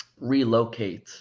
relocate